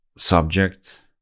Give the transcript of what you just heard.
subject